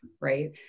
right